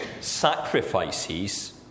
sacrifices